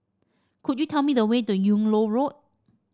could you tell me the way to Yung Loh Road